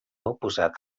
oposat